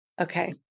Okay